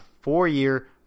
four-year